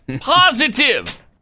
positive